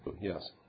Yes